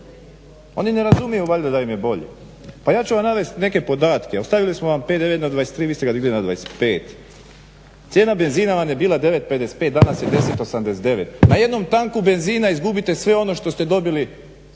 Oni ne razumiju valjda da im je bolje. Pa ja ću vam navesti neke podatke, ostavili smo vam PDV na 23, vi ste ga digli na 25%, cijena benzina vam je bila 9,55 danas je 10,89. Na jednom tanku benzina izgubite sve ono što ste dobili